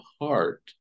heart